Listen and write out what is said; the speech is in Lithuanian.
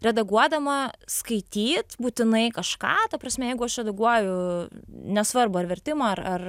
redaguodama skaityt būtinai kažką ta prasme jeigu aš redukuoju nesvarbu ar vertimą ar ar